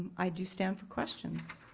i do stand for questions.